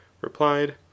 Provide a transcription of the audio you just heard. replied